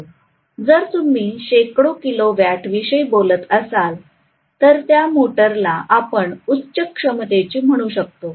जर तुम्ही शेकडो किलोवॅट विषयी बोलत असाल तर त्या मोटरला आपण उच्च क्षमतेची म्हणू शकतो